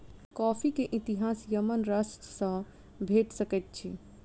coffee के इतिहास Yemen राष्ट्र सॅ भेट सकैत अछि